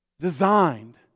designed